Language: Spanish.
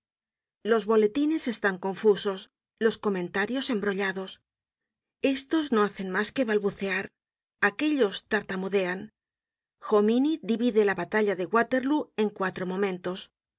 los boletines están confusos los comentarios embrollados estos no hacen mas que balbucear aquellos tartamudean jomini divide la batalla de waterlóo en cuatro momentos